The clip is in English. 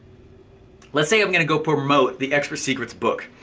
let's say i'm gonna go promote the extra secrets book.